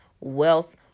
wealth